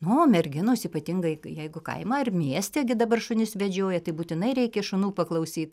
nu o merginos ypatingai kai jeigu kaimą ir mieste dabar šunis vedžioja tai būtinai reikia šunų paklausyt